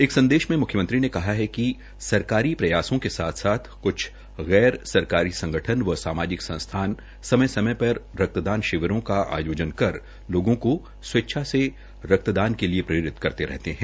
एक संदेश में मुख्यमंत्री ने कहा कि सरकारी प्रयासों के साथ साथ कुछ गैर सरकारी संगठन व सामाजिक संस्थान समय समय पर रक्तदान शिविरों का आयोजन कर लोगों को स्वेच्छा से रक्तदान के लिए प्रेरित करते रहते हैं